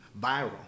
viral